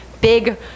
big